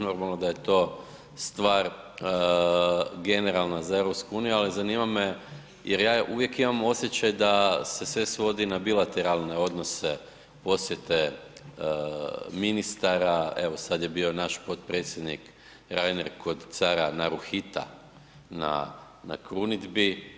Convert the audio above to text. Normalno da je to stvar generalna za EU, ali zanima me jer ja uvijek imam osjećaj da se sve svodi na bilateralne odnose, posjete ministara, evo, sad je bio naš potpredsjednik Reiner kod cara Naruhita na krunidbi.